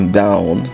down